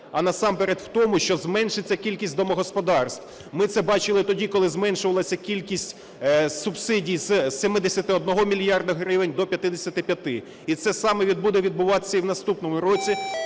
а насамперед у тому, що зменшиться кількість домогосподарств. Ми це бачили тоді, коли зменшувалася кількість субсидій з 71 мільярда гривень до 55. І це саме буде відбуватися і в наступному році,